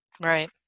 Right